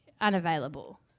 unavailable